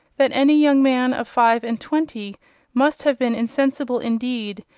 that any young man of five and twenty must have been insensible indeed,